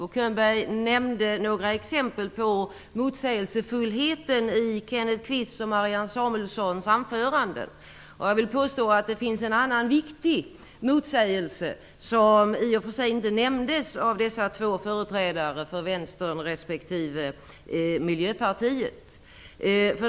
Bo Könberg nämnde några exempel på motsägelsefullheten i Kenneth Kvists och Marianne Samuelssons anföranden. Jag vill påstå att det finns en annan viktig motsägelse som i och för sig inte nämndes av dessa två företrädare för Vänster respektive Miljöpartiet.